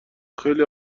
خیلی